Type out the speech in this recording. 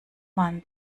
man